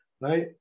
Right